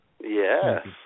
Yes